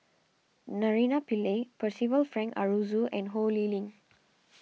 Naraina Pillai Percival Frank Aroozoo and Ho Lee Ling